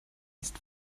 ist